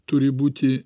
turi būti